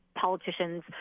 politicians